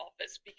office